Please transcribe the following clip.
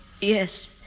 Yes